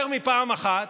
יותר מפעם אחת